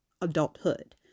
adulthood